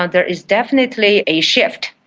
ah there is definitely a shift,